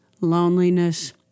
Loneliness